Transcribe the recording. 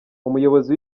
umuyobozi